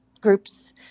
groups